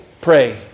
Pray